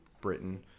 britain